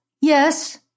Yes